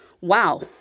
wow